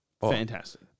Fantastic